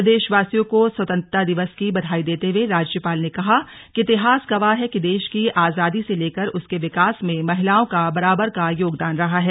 प्रदेशवासियों को स्वतंत्रता दिवस की बधाई देते हुए राज्यपाल ने कहा कि इतिहास गवाह है कि देश की आजादी से लेकर उसके विकास में महिलाओं का बराबर का योगदान रहा है